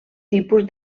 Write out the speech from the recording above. tipus